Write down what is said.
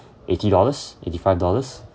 eighty dollars eighty five dollars